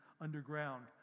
underground